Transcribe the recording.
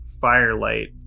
firelight